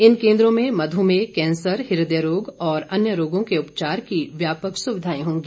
इन केन्द्रों में मधुमेय कैंसर हृदय रोग तथा अन्य रोगों के उपचार की व्यापक सुविधाएं होंगी